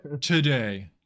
Today